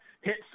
hit